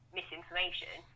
misinformation